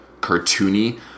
cartoony